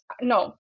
No